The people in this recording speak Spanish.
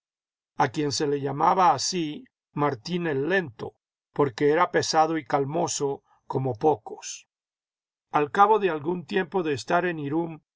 a quien se le llamaba así martín el lento porque era pesado y calmoso como pocos al cabo de algún tiempo de estar en írún